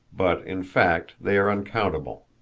but in fact they are uncountable.